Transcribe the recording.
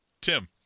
tim